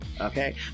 Okay